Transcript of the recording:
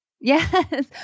Yes